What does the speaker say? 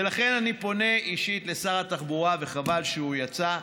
ולכן אני פונה אישית לשר התחבורה, וחבל שהוא יצא.